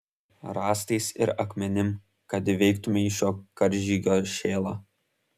rąstais ir akmenim kad įveiktumei šio karžygio šėlą